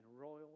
royal